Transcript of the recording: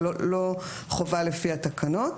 אבל אין חובה לפי התקנות.